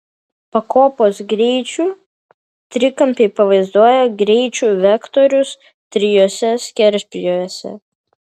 pakopos greičių trikampiai pavaizduoja greičių vektorius trijuose skerspjūviuose